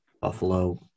Buffalo